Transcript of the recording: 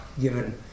given